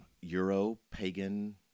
Euro-pagan